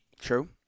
True